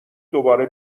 دوباره